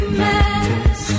mess